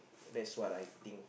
that's what I think